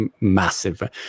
massive